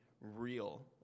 real